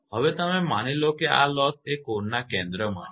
હવે તમે માની લો કે આ લોસ એ કોરનાં કેન્દ્રમાં છે